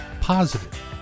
positive